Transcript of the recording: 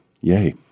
Yay